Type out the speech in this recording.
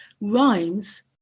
Rhymes